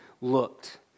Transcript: looked